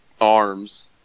arms